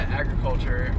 agriculture